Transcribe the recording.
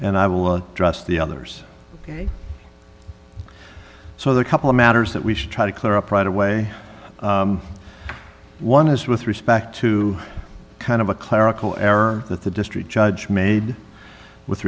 and i will address the others so the couple matters that we should try to clear up right away one is with respect to kind of a clerical error that the district judge made with